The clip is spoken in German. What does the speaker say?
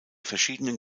verschiedenen